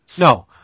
No